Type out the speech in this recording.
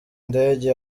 indege